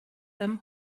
them